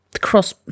Cross